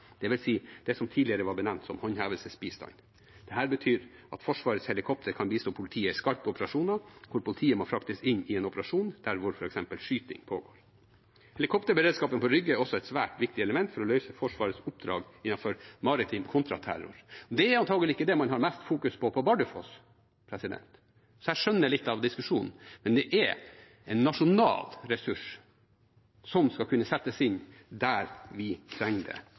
det som tidligere var benevnt som håndhevelsesbistand. Dette betyr at Forsvarets helikopter kan bistå politiet i skarpe operasjoner, hvor politiet må fraktes inn i en operasjon der hvor f.eks. skyting pågår. Helikopterberedskapen på Rygge er også et svært viktig element for å løse Forsvarets oppdrag innenfor maritim kontraterror. Det er antakelig ikke det man har mest fokus på på Bardufoss, så jeg skjønner litt av diskusjonen Men det er en nasjonal ressurs, som skal kunne settes inn der vi trenger det,